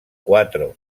cuatro